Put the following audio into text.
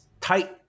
tight